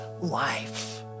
life